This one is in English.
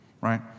right